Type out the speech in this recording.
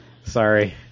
Sorry